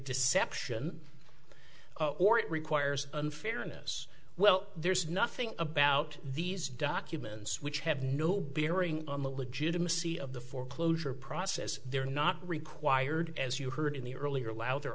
deception or it requires unfairness well there's nothing about these documents which have no bearing on the legitimacy of the foreclosure process they're not required as you heard in the earlier allow their